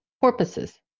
porpoises